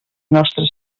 nostra